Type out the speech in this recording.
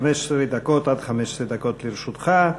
עד 15 דקות לרשותך.